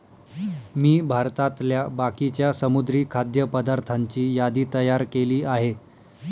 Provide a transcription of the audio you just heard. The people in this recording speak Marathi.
मी भारतातल्या बाकीच्या समुद्री खाद्य पदार्थांची यादी तयार केली आहे